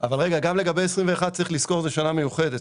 אבל גם לגבי 2021 צריך לזכור שזו שנה מיוחדת,